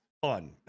fun